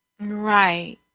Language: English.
Right